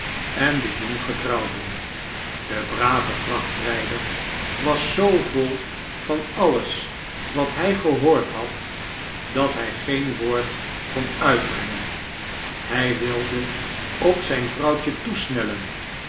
en de jonggetrouwden de brave vrachtrijder was zoo vol van alles wat hij gehoord had dat hij geen woord kon uitbrengen hij wilde op zijn vrouwtjje toesnellen